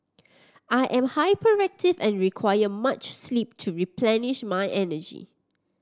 I am hyperactive and require much sleep to replenish my energy